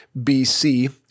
BC